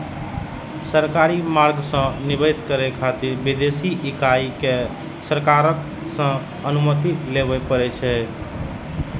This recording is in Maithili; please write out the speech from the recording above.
सरकारी मार्ग सं निवेश करै खातिर विदेशी इकाई कें सरकार सं अनुमति लेबय पड़ै छै